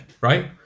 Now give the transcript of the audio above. right